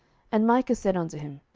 and micah said unto him,